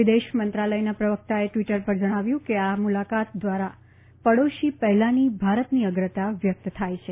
વિદેશ મંત્રાલયના પ્રવકતાએ ટવીટર પર જણાવ્યું કે આ મુલાકાત દ્વારા પડોશી પહેલાની ભારતની અગ્રતા વ્યકત થાય છે